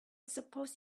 suppose